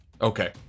Okay